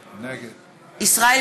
נגד עליזה לביא,